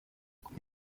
ati